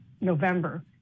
November